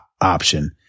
option